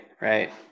right